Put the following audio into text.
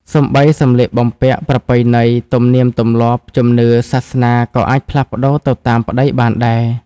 សូម្បីសម្លៀកបំពាក់ ប្រពៃណី ទំនៀមទម្លាប់ ជំនឿ សាសនាក៏អាចផ្លាល់ប្តូរទៅតាមប្តីបានដែរ។